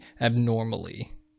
abnormally